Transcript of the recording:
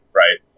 right